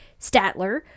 Statler